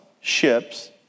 ships